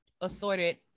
assorted